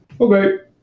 okay